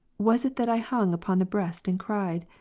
was it that i hung upon the breast and cried?